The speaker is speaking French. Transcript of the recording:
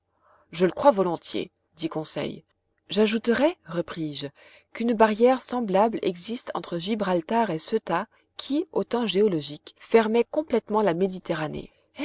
je le crois volontiers dit conseil j'ajouterai repris-je qu'une barrière semblable existe entre gibraltar et ceuta qui aux temps géologiques fermait complètement la méditerranée